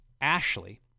Ashley